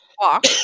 walk